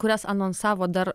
kurias anonsavo dar